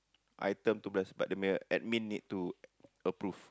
item to bless but dia punya admin need to approve